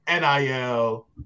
NIL